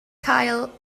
cael